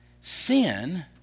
sin